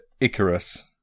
Icarus